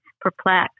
perplexed